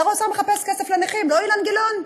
שר האוצר מחפש כסף לנכים, לא, אילן גילאון?